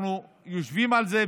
אנחנו יושבים על זה,